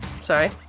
sorry